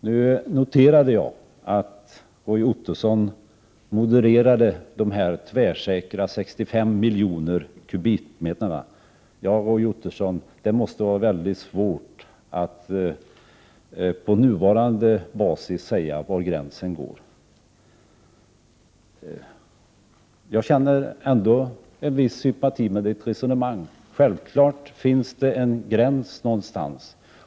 Jag noterade att Roy Ottosson nu modererade det tvärsäkra kravet att uttaget skulle vara 65 miljoner skogskubikmeter. Ja, det måste vara mycket svårt att på nuvarande basis säga var gränsen går. Jag känner ändå en viss sympati för Roy Ottossons resonemang — självfallet finns det en gräns någonstans.